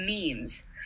memes